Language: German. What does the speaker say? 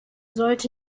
sollte